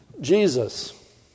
Jesus